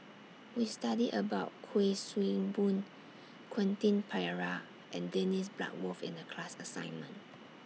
We studied about Kuik Swee Boon Quentin Pereira and Dennis Bloodworth in The class assignment